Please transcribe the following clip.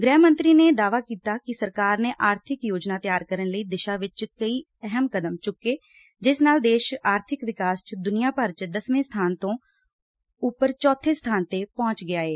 ਗ੍ਹਿ ਮੰਤਰੀ ਨੇ ਦਾਅਵਾ ਕੀਤਾ ਕਿ ਸਰਕਾਰ ਨੇ ਆਰਥਿਕ ਯੋਜਨਾ ਤਿਆਰ ਕਰਨ ਦੀ ਦਿਸ਼ਾ ਵਿਚ ਕਈ ਅਹਿਮ ਕਦਮ ਚੁੱਕੇ ਜਿਸ ਨਾਲ ਦੇਸ਼ ਆਰਥਿਕ ਵਿਕਾਸ ਵਿਚ ਦੁਨੀਆਂ ਭਰ ਚ ਦਸਵੇਂ ਸਥਾਨ ਤੋਂ ਉਪਰ ਚੌਥੇ ਸਥਾਨ ਤੇ ਪਹੁੰਚ ਗਿਐ